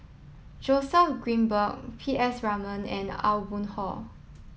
Joseph Grimberg P S Raman and Aw Boon Haw